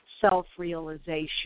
self-realization